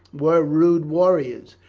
were rude warriors,